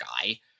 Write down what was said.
guy